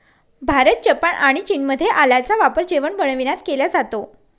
Bharat, Japan आणि चीनमध्ये आल्याचा वापर जेवण बनविण्यात केला जातो